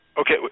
Okay